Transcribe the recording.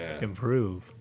improve